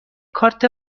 کارت